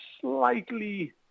slightly